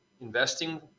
investing